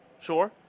Sure